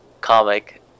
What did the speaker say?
comic